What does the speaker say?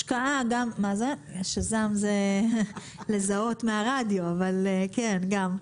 Shazam זה לזהות מהרדיו, אבל גם.